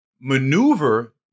maneuver